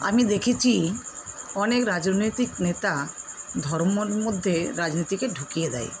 আমি দেখেছি অনেক রাজনৈতিক নেতা ধর্মর মধ্যে রাজনীতিকে ঢুকিয়ে দেয়